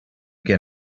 get